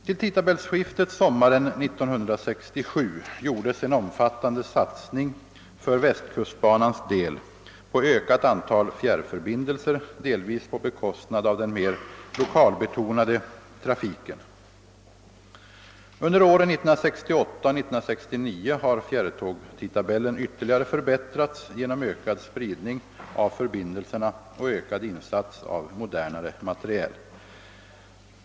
Till tidtabellskiftet sommaren 1967 gjordes en omfattande satsning för västkustbanans del på ökat antal fjärrförbindelser, delvis på bekostnad av den mer lokalbetonade trafiken. Under åren 1968 och 1969 har fjärrtågtidtabellen ytterligare förbättrats genom ökad spridning av förbindelserna och ökad insats av modernare materiel.